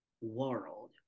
world